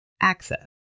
access